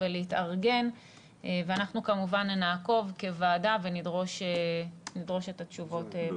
ולהתארגן ואנחנו כמובן נעקוב כוועדה ונדרוש את התשובות בתאריך הזה.